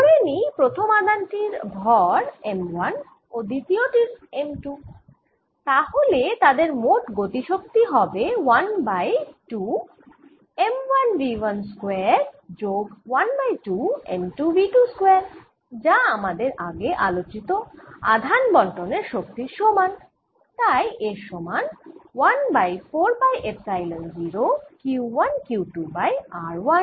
ধরে নিই প্রথম আধান টির ভর m1 ও দ্বিতীয় টির m2 তাহলে তাদের মোট গতি শক্তি হবে 1 বাই 2 m1 v1 স্কয়ার যোগ 1 বাই 2 m2 v2 স্কয়ার যা আমাদের আগে আলোচিত আধান বণ্টন এর শক্তির সমান তাই এর সমান 1 বাই 4 পাই এপসাইলন 0 Q1Q2 বাই r12